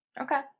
Okay